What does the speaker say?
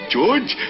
George